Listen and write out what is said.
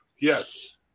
yes